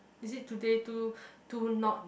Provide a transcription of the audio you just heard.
is it today too too not